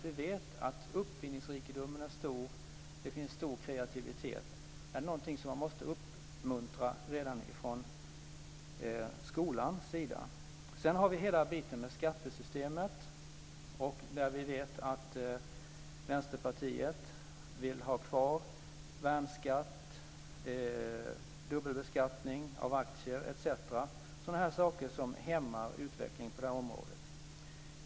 Vi vet att uppfinningsrikedomen är stor, och det finns stor kreativitet. Det är någonting man måste uppmuntra redan i skolan. Sedan har vi hela biten med skattesystemet. Vi vet att Vänsterpartiet vill ha kvar värnskatt, dubbelbeskattning av aktier, etc. Det är sådana saker som hämmar utvecklingen på området.